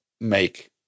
make